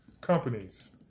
companies